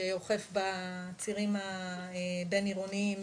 שאוכף בצירים הבין עירוניים,